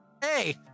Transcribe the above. Hey